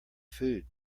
food